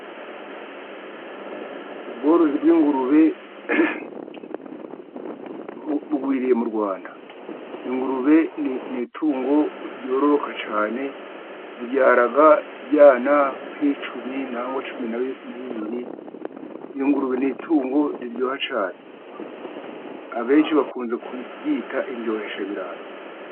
Ubworozi bw'ingurube bugwiriye mu Rwanda. Ingurube ni itungo ryororoka cyane, ribyara ibyana nk'icumi nangwa cumi na bibiri. Ingurube ni itungo riryoha cyane. Abenshi bakunze kuryita indyoheshabirayi.